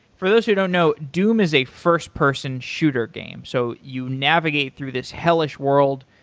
for those who don't know, doom is a first-person shooter game. so you navigate through this hellish world,